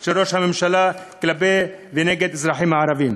של ראש הממשלה כלפי ונגד אזרחים ערבים.